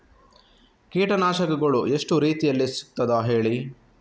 ಕೀಟನಾಶಕಗಳು ಎಷ್ಟು ರೀತಿಯಲ್ಲಿ ಸಿಗ್ತದ ಹೇಳಿ